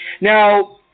Now